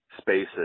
spaces